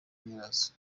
nyirazo